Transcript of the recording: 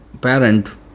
parent